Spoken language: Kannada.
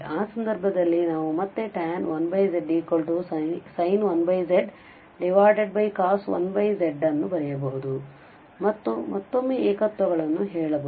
ಆ ಸಂದರ್ಭದಲ್ಲಿ ನಾವು ಮತ್ತೆ tan 1z sin 1z cos 1z ಅನ್ನು ಬರೆಯಬಹುದು ಮತ್ತು ಮತ್ತೊಮ್ಮೆ ಏಕತ್ವಗಳನ್ನು ಹೇಳಬಹುದು